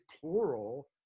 plural